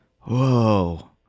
Whoa